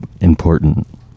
important